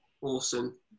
awesome